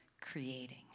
creating